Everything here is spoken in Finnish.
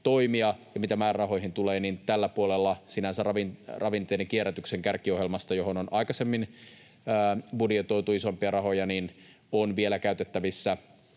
toimia. Ja mitä määrärahoihin tulee, niin tällä puolella sinänsä ravinteiden kierrätyksen kärkiohjelmasta, johon on aikaisemmin budjetoitu isompia rahoja, on tulevalle